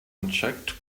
inject